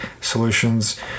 solutions